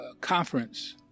Conference